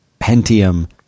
Pentium